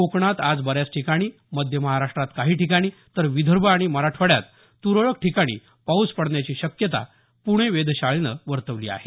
कोकणात आज बऱ्याच ठिकाणी मध्य महाराष्ट्रात काही ठिकाणी तर विदर्भ आणि मराठवाड्यात तुरळक ठिकाणी पाऊस पडण्याची शक्यता पुणे वेधशाळेनं वर्तवली आहे